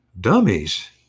dummies